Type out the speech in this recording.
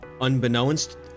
unbeknownst